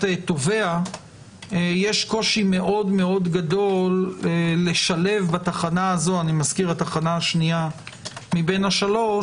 תובע יש קושי מאוד גדול לשלב בתחנה הזו זו השנייה מבין השלוש